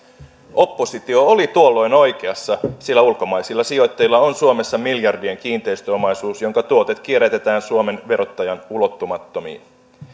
oppositio oli tuolloin oikeassa sillä ulkomaisilla sijoittajilla on suomessa miljardien kiinteistöomaisuus jonka tuotot kierrätetään suomen verottajan ulottumattomiin